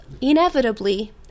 inevitably